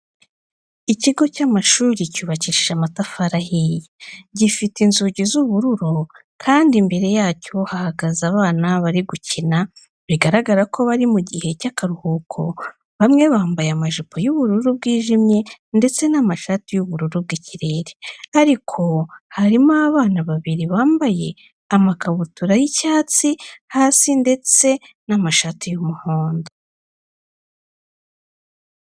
Ikigo cy'amashuri cyubakishije amatafari ahiye, gifite inzugi z'ubururu kandi imbere yacyo hahagaze abana bari gukina, biragaragara ko bari mu gihe cy'akaruhuko. Bamwe bambaye amajipo y'ubururu bwijimye ndetse n'amashati y'ubururu bw'ikirere ariko harimo abana babiri bambaye amakabutura y'icyatsi hasi ndetse n'amashati y'umuhondo.